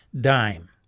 dime